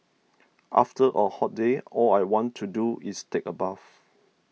after a hot day all I want to do is take a bath